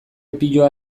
piloa